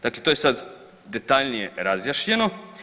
Dakle, to je sada detaljnije razjašnjeno.